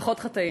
פחות חטאים.